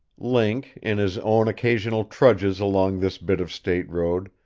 link, in his own occasional trudges along this bit of state road,